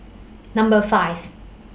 Number five